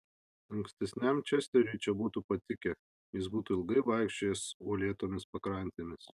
ankstesniam česteriui čia būtų patikę jis būtų ilgai vaikščiojęs uolėtomis pakrantėmis